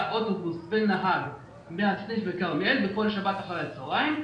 אוטובוס ונהג מהסניף בכרמיאל בכל שבת אחר הצוהריים,